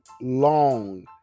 long